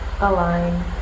align